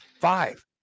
Five